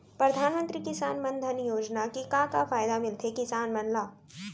परधानमंतरी किसान मन धन योजना के का का फायदा मिलथे किसान मन ला?